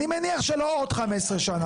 אני מניח שלא עוד 15 שנה.